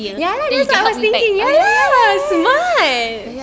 ya lah that's what I was thinking ya lah smart